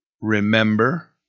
remember